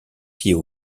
pieds